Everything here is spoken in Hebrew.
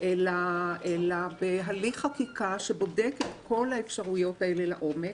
אלא בהליך חקיקה שבודק את כל האפשרויות האלה לעומק,